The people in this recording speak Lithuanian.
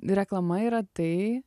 reklama yra tai